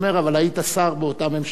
אבל היית שר באותה ממשלה שאישרה.